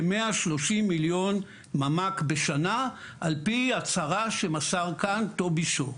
כ-130 מיליון ממ"ק בשנה על פי הצהרה שמסר כאן טובי שור.